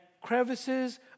crevices